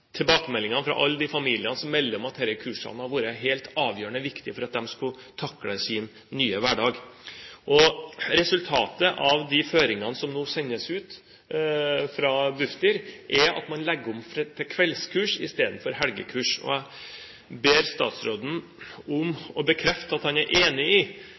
alle de familiene som melder om at disse kursene har vært helt avgjørende viktige for at de skulle klare å takle sin nye hverdag. Resultatet av de føringene som nå sendes ut fra Bufdir, er at man legger om til kveldskurs i stedet for helgekurs. Jeg ber statsråden om å bekrefte at han er enig i